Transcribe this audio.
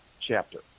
chapter